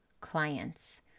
clients